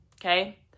okay